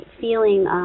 feeling